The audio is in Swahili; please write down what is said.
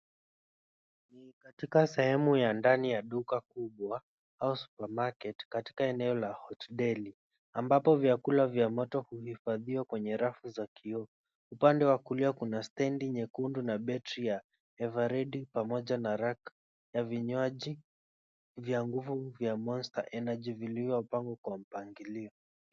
Ni katika sehemu ya ndani ya duka kubwa au supermarket katika eneo la HOT DELI.Ambapo vyakula vya moto huhifadhiwa kwenye rafu za kioo. Upande wa kulia kuna [csstand nyekundu na bettary ya EVEREADY pamoja na rack vinywaji vya nguvu vya MONSTER ENERGY vilivyopangwa kwa mpangilio.